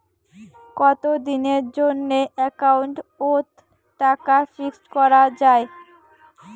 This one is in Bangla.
কতদিনের জন্যে একাউন্ট ওত টাকা ফিক্সড করা যায়?